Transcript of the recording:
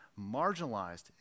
marginalized